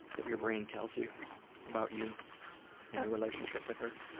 that your brain tells you about you and your relationship with her?